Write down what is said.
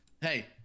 Hey